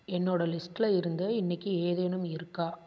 என்னோடய லிஸ்ட்டில் இருந்து இன்றைக்கி ஏதேனும் இருக்கா